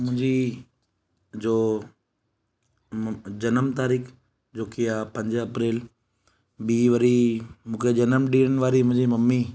मुंहिंजी जो जनमु तारीख़ जो की आहे पंज अप्रैल ॿी वरी मूंखे जनम ॾिअणु वारी मुंहिंजी ममी